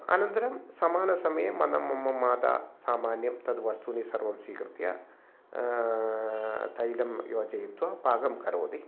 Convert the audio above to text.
अनन्तरं समान समये मम मम माता सामान्यं तद् वस्तूनि सर्वं स्वीकृत्य तैलं योजयित्वा पाकं करोति